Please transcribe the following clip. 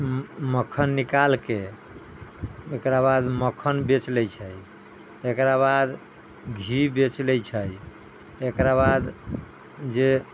मक्खन निकालिके एकराबाद मक्खन बेचि लै छै एकराबाद घी बेचि लै छै एकराबाद जे